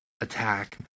attack